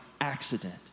accident